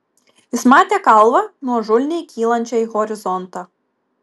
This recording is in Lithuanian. jis matė kalvą nuožulniai kylančią į horizontą